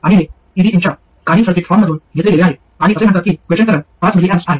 आणि हे ईडीएनच्या काही सर्किट फॉर्ममधून घेतले गेले आहे आणि असे म्हणतात की क्वेसेन्ट करंट पाच मिलीअम्प्स आहे